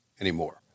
anymore